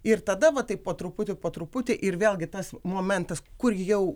ir tada va taip po truputį po truputį ir vėl gi tas momentas kur jau